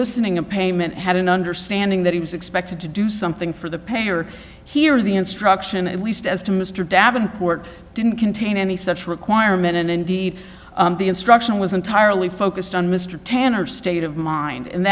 ting a payment had an understanding that he was expected to do something for the pay or here the instruction at least as to mr davenport didn't contain any such requirement and indeed the instruction was entirely focused on mr tanner state of mind and